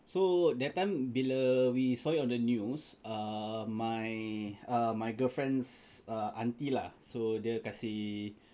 so that time bila we saw it on the news err my my girlfriend's uh auntie lah so dia kasi